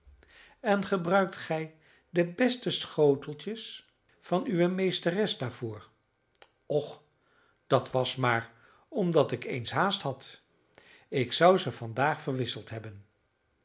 en gebruikt gij de beste schoteltjes van uwe meesteres daarvoor och dat was maar omdat ik eens haast had ik zou ze vandaag verwisseld hebben